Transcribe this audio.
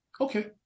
Okay